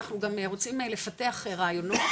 אנחנו גם רוצים לפתח רעיונות,